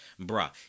Bruh